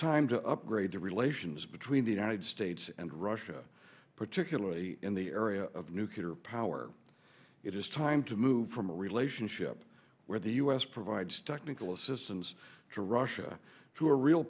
time to upgrade the relations between the united states and russia particularly in the area of nuclear power it is time to move from a relationship where the u s provides technical assistance to russia to a real